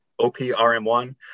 OPRM1